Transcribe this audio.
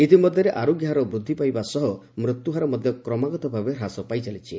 ଇତିମଧ୍ୟରେ ଆରୋଗ୍ୟ ହାର ବୃଦ୍ଧି ପାଇବା ସହ ମୃତ୍ୟୁ ହାର ମଧ୍ୟ କ୍ରମାଗତ ଭାବେ ହ୍ରାସ ପାଇଚାଲିଛି